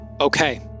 Okay